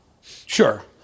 sure